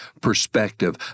perspective